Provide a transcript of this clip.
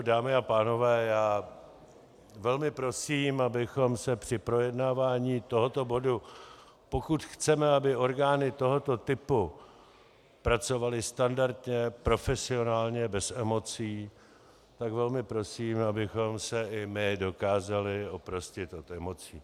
Dámy a pánové, já velmi prosím, abychom se při projednávání tohoto bodu, pokud chceme, aby orgány tohoto typu pracovaly standardně, profesionálně, bez emocí, tak velmi prosím, abychom se i my dokázali oprostit od emocí.